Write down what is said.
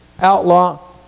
outlaw